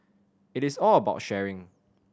it is all about sharing